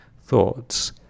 thoughts